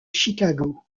chicago